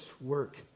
work